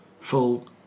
full